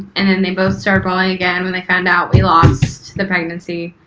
and and they both started bawling again when they found out we lost the pregnancy.